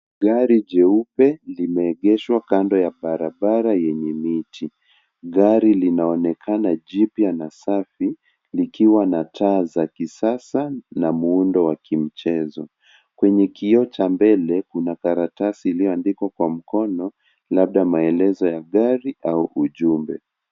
Gari jeupe limeegeshwa kando ya barabara yenye miti. Gari linaonekana jipya na safi likiwa na taa za kisasa na muundo wa kimichezo. Kwenye kioo cha mbele kuna karatasi iliyoandikwa kwa mkono labda maelezo ya gari au ujumbe.